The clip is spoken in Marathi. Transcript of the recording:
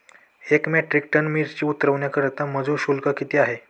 एक मेट्रिक टन मिरची उतरवण्याकरता मजुर शुल्क किती आहे?